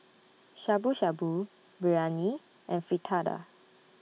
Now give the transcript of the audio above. Shabu Shabu Biryani and Fritada